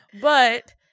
But-